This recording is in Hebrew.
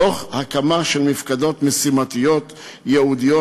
תוך כדי הקמת מפקדות משימתיות ייעודיות